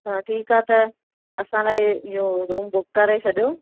हा ठीकु आहे त असां लाइ इहो रूम बुक करे छॾियो